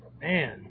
Man